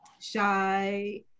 shy